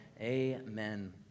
Amen